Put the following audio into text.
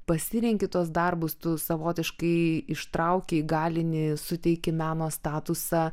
pasirenki tuos darbus tu savotiškai ištrauki įgalini suteiki meno statusą